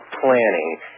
planning